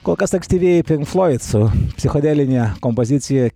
kol kas ankstyvieji pinkfloid su psichodeline kompozicija